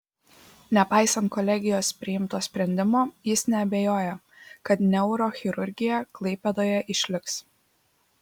nepaisant kolegijos priimto sprendimo jis neabejoja kad neurochirurgija klaipėdoje išliks